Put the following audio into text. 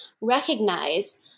recognize